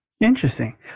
Interesting